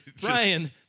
brian